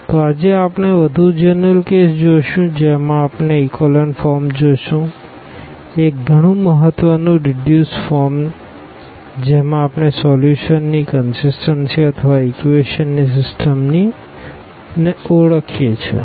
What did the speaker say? તો આજે આપણે વધુ જનરલ કેસ જોશું જેમાં આપણે ઇકોલન ફોર્મ જોશું એક ગણું મહત્વ નું રીડ્યુસ ફોર્મ જેમાં આપણે સોલ્યુશન ની કનસીસટન્સી અથવા ઇક્વેશન ની સીસ્ટમ ને ઓળખી શકીએ